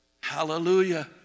Hallelujah